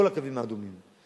כל הקווים האדומים.